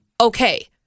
okay